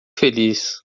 feliz